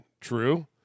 True